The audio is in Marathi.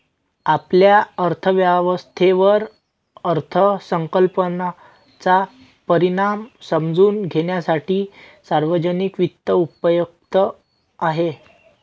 आपल्या अर्थव्यवस्थेवर अर्थसंकल्पाचा परिणाम समजून घेण्यासाठी सार्वजनिक वित्त उपयुक्त आहे